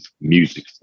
music